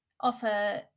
offer